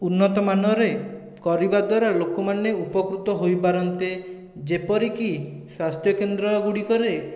ଉନ୍ନତମାନରେ କରିବାଦ୍ୱାରା ଲୋକମାନେ ଉପକୃତ ହୋଇପାରନ୍ତେ ଯେପରିକି ସ୍ୱାସ୍ଥ୍ୟ କେନ୍ଦ୍ର ଗୁଡ଼ିକରେ